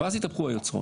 ואז התהפכו היוצרות.